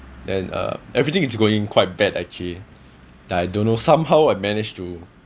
then uh everything it's going quite bad actually that I don't know somehow I manage to